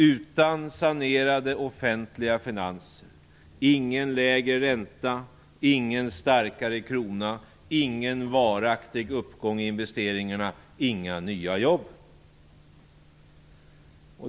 Utan sanerade offentliga finanser ingen lägre ränta, ingen starkare krona, ingen varaktig uppgång i investeringarna och inga nya jobb!